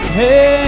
hey